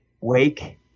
wake